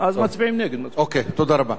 תודה רבה.